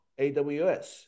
AWS